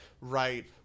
right